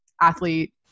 athlete